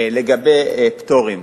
לגבי פטורים.